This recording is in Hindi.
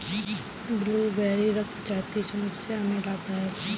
ब्लूबेरी रक्तचाप की समस्या में लाभदायक है